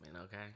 okay